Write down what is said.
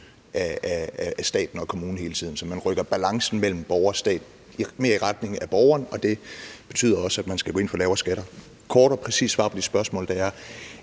af staten og kommunen. Man rykker altså balancen mellem borgere og stat mere i retning af borgeren, og det betyder også, at man skal gå ind for lavere skatter. Et kort og præcist svar på dit spørgsmål er: